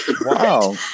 Wow